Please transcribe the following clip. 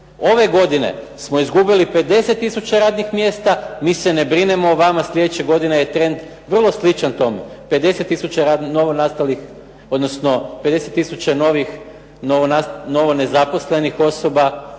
Ove godine smo izgubili 50 tisuća radnih mjesta, mi se ne brinemo o vama, slijedeće godine je trend vrlo sličan tome, 50 tisuća novonastalih,